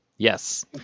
Yes